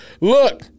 look